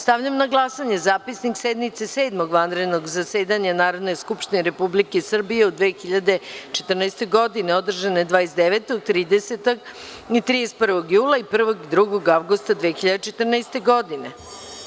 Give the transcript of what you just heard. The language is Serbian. Stavljam na glasanje Zapisnik sednice Osmog vanrednog zasedanja Narodne skupštine Republike Srbije u 2014. godini, održane 29, 30. i 31. avgusta 2014. godine.